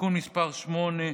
(תיקון מס' 8),